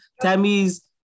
Tammy's